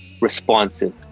responsive